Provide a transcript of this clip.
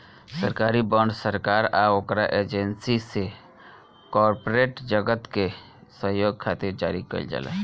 सरकारी बॉन्ड सरकार आ ओकरा एजेंसी से कॉरपोरेट जगत के सहयोग खातिर जारी कईल जाला